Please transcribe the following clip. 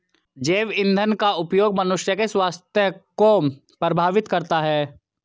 जैव ईंधन का उपयोग मनुष्य के स्वास्थ्य को प्रभावित करता है